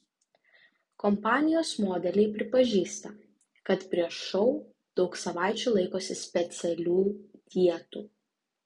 kompanijos modeliai pripažįsta kad prieš šou daug savaičių laikosi specialių dietų